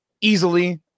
easily